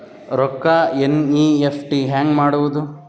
ರೊಕ್ಕ ಎನ್.ಇ.ಎಫ್.ಟಿ ಹ್ಯಾಂಗ್ ಮಾಡುವುದು?